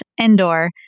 Endor